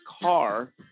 car